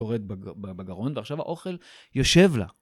יורד בגרון, ועכשיו האוכל יושב לה.